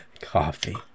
Coffee